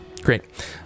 Great